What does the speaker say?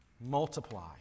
Multiply